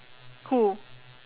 who